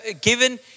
Given